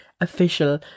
official